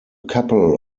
couple